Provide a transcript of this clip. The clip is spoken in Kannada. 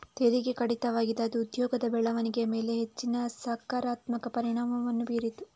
ತೆರಿಗೆ ಕಡಿತವಾಗಿದ್ದು ಅದು ಉದ್ಯೋಗದ ಬೆಳವಣಿಗೆಯ ಮೇಲೆ ಹೆಚ್ಚಿನ ಸಕಾರಾತ್ಮಕ ಪರಿಣಾಮವನ್ನು ಬೀರಿತು